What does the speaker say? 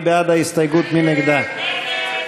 של חברי הכנסת יצחק הרצוג,